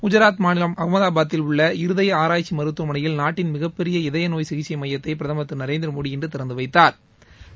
குஜாத் மாநிலத்தில் அகமதபாத்தில் உள்ள இருதய ஆராய்ச்சி மருத்துவமனையில் நாட்டின் மிகப்பெரிய இதய நோய் சிகிச்சை மையத்தை பிரதமா் திரு நரேந்திர மோடி இன்று திறந்து வைத்தாா்